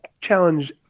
challenge